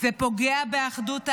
זה פוגע באחדות העם,